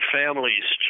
families